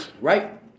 right